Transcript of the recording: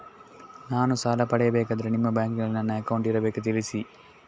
ನಾನು ಸಾಲ ಪಡೆಯಬೇಕಾದರೆ ನಿಮ್ಮ ಬ್ಯಾಂಕಿನಲ್ಲಿ ನನ್ನ ಅಕೌಂಟ್ ಇರಬೇಕಾ ತಿಳಿಸಿ?